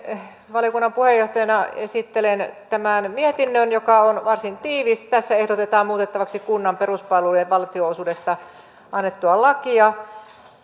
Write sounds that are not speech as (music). valiokunnan puheenjohtajana esittelen tämän mietinnön joka on varsin tiivis tässä ehdotetaan muutettavaksi kunnan peruspalvelujen valtionosuudesta annettua lakia (unintelligible)